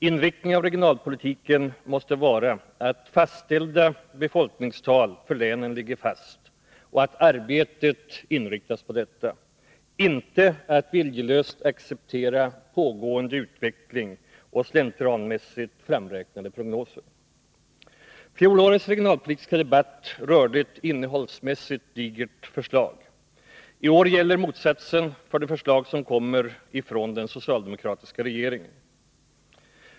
Inriktningen av regionalpolitiken måste vara att fastställda befolkningstal för länen skall ligga fast och att arbetet inriktas på detta — inte att viljelöst acceptera pågående utveckling och slentrianmässigt framräknade prognoser. Fjolårets regionalpolitiska debatt rörde ett innehållsmässigt digert förslag. I år gäller motsatsen för det förslag som kommer ifrån den socialdemokratiska regeringen.